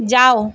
যাও